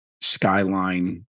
skyline